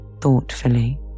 thoughtfully